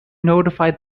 notified